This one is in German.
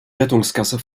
rettungsgasse